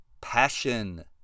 Passion